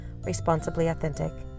responsiblyauthentic